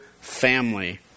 family